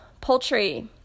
poultry